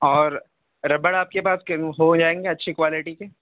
اور ربڑ آپ کے پاس ہو جائیں گے اچھی کوالیٹی کے